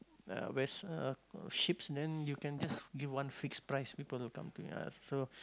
uh vessel ships then you can just give one fixed price people will come to so